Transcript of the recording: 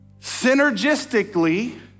synergistically